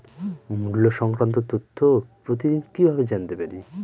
মুল্য সংক্রান্ত তথ্য প্রতিদিন কিভাবে জানতে পারি?